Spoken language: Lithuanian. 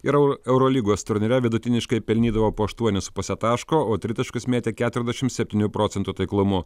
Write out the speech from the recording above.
ir eu eurolygos turnyre vidutiniškai pelnydavo po aštuonis su puse taško o tritaškius mėtė keturiasdešim septynių procentų taiklumu